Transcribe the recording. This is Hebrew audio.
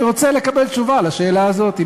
אני רוצה לקבל תשובה על השאלה הזאת.